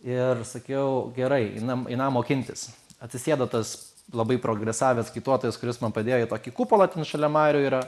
ir sakiau gerai einam einą mokintis atsisėdo tas labai progresavęs kaituotojas kuris man padėjo į tokį kupolą šalia marių yra